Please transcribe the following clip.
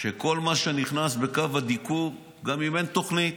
שכל מה שנכנס בקו הדיקור, גם אם אין תוכנית